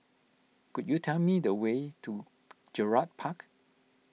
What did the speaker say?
could you tell me the way to Gerald Park